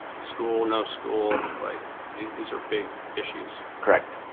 school no school like these are big issues, correct?